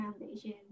foundation